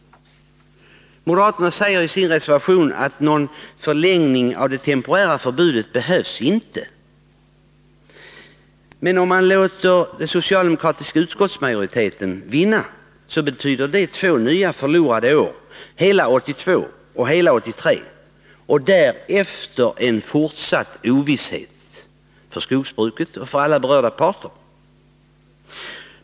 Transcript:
Moderaterna säger i sin reservation att någon förlängning av det temporära förbudet inte behövs. Men om man låter den socialdemokratiska utskottsmajoriteten vinna, betyder det två nya förlorade år — hela 1982 och hela 1983 — och därefter en fortsatt ovisshet för skogsbruket och för alla berörda parter.